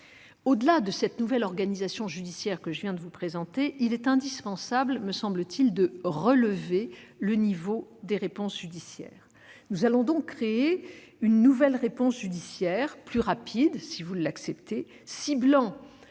au-delà de cette nouvelle organisation judiciaire que je viens de vous présenter, il est indispensable, me semble-t-il, de relever le niveau des réponses judiciaires. Si vous l'acceptez, nous allons donc créer une nouvelle réponse judiciaire plus rapide, ciblant